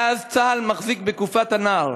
מאז צה"ל מחזיק בגופת הנער.